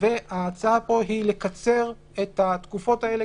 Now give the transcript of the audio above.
וההצעה פה היא לקצר את התקופות האלה,